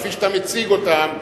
כפי שאתה מציג אותם,